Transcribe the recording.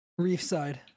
Reefside